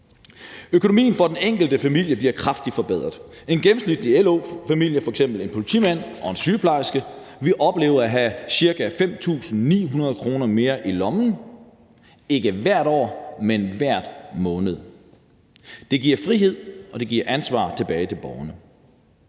Økonomien for den enkelte familie bliver kraftigt forbedret. En gennemsnitlig LO-familie, f.eks. en politimand og en sygeplejerske, vil opleve at have ca. 5.900 kr. mere i lommen – ikke hvert år, men hver måned. Det giver frihed, og det giver ansvar tilbage til borgerne.